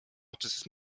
otsustas